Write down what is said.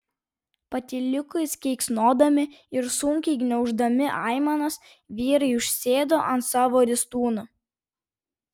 patyliukais keiksnodami ir sunkiai gniauždami aimanas vyrai užsėdo ant savo ristūnų